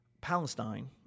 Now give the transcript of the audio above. Palestine